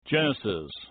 Genesis